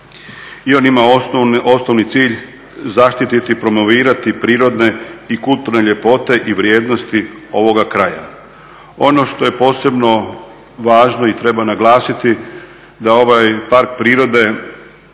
i on ima osnovni cilj zaštititi i promovirati prirodne i kulturne ljepote i vrijednosti ovoga kraja. Ono što je posebno važno i treba naglasiti da ovaj park prirode